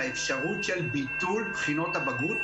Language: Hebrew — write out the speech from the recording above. לאפשרות של ביטול בחינות הבגרות,